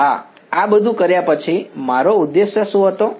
હા આ બધું કર્યા પછી મારો ઉદ્દેશ્ય શું હતો